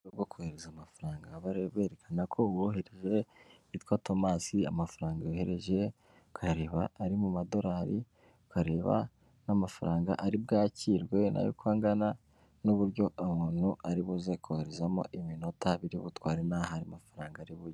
Bwo kohereza amafaranga aba berekana ko bohereje witwa Tomasi amafaranga yohereje nkayareba ari mu madorari ukareba n'amafaranga ari bwakirwe nayo ko angana n'uburyo umuntu aribuze koherezamo iminota ibiri ubutwari n'aho ari amafaranga ari bujye.